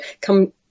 come